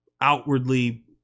outwardly